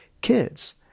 kids